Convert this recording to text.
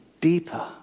deeper